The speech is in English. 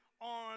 on